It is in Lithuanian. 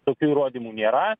tokių įrodymų nėra